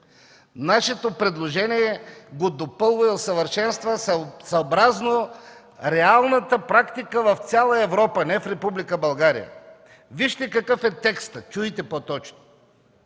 Нашето предложение го допълва и усъвършенства съобразно реалната практика в цяла Европа, не в Република България. Чуйте какъв е текстът. В ал.